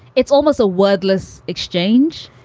it's almost a wordless exchange.